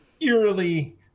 eerily